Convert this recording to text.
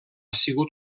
sigut